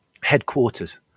headquarters